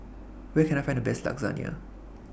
Where Can I Find The Best Lasagna